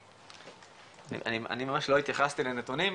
אני ממש לא התייחסתי לנתונים,